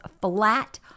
flat